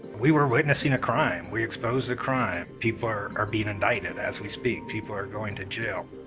we were witnessing a crime. we exposed a crime. people are are being indicted as we speak, people are going to jail.